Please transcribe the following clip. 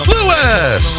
Lewis